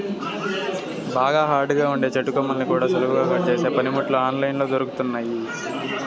బాగా హార్డ్ గా ఉండే చెట్టు కొమ్మల్ని కూడా సులువుగా కట్ చేసే పనిముట్లు ఆన్ లైన్ లో దొరుకుతున్నయ్యి